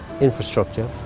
infrastructure